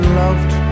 loved